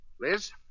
Liz